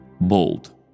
bold